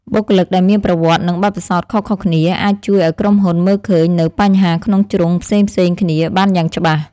បុគ្គលិកដែលមានប្រវត្តិនិងបទពិសោធន៍ខុសៗគ្នាអាចជួយឱ្យក្រុមហ៊ុនមើលឃើញនូវបញ្ហាក្នុងជ្រុងផ្សេងៗគ្នាបានយ៉ាងច្បាស់។